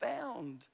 found